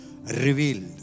revealed